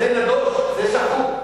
נדוש, זה שחוק,